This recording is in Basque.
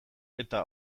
eta